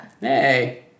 Hey